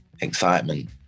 excitement